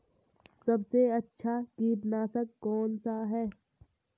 सबसे अच्छा कीटनाशक कौनसा है?